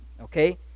okay